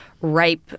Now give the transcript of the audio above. ripe